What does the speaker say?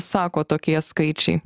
sako tokie skaičiai